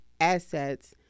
assets